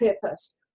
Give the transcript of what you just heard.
purpose